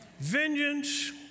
Vengeance